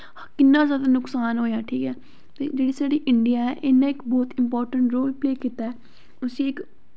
किन्ना जादा नुक्सान होआ ठीक ऐ एह् जेह्ड़ी साढ़ी इंडियां ऐ इन्नै इक बहुत इंपॉर्टैंट रोल प्ले कीता ऐ उसी इक